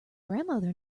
grandmother